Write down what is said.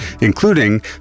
including